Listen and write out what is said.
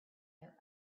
their